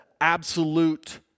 absolute